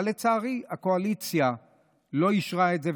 אבל לצערי הקואליציה לא אישרה את זה,